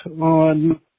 on